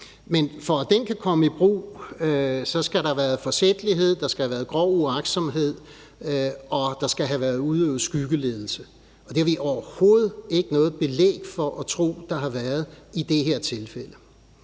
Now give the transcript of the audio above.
Men for at den kan komme i brug, skal der have været forsætlighed og grov uagtsomhed, og der skal have været udøvet skyggeledelse. Og det har vi overhovedet ikke noget belæg for at tro at der har været i det her tilfælde.